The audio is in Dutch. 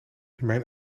mijn